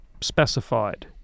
specified